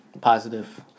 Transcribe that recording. positive